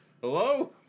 Hello